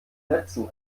netzen